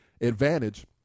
advantage